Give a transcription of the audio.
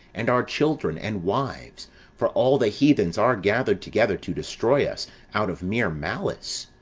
and our children, and wives for all the heathens are gathered together to destroy us out of mere malice.